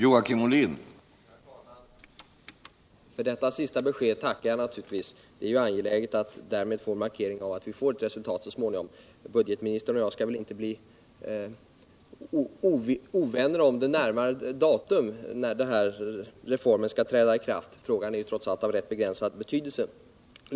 Herr talman! För detta senaste besked tackar jag naturligtvis. Det är ju angeläget att därmed få en markering av att det blir ett resultat så småningom. Budgetministern och jag skall väl inte bli osams om det närmare datum då reformen skall träda i kraft; frågan är trots allt av rätt begränsad betydelse.